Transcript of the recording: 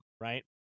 right